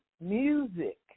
music